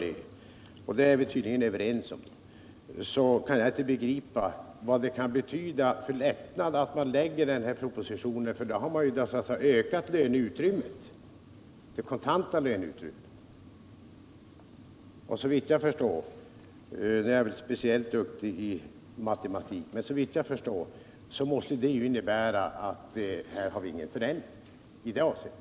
Och när man gör det kan jag inte begripa vad det innebär för lättnad med den här propositionen — för då blir det en ökning av det kontanta löneutrymmet. Och såvitt jag förstår — även om jag inte är speciellt duktig i matematik — måste det innebära att det inte blir någon förändring i det här avseendet.